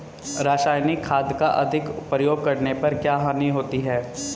रासायनिक खाद का अधिक प्रयोग करने पर क्या हानि होती है?